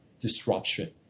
disruption